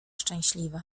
szczęśliwą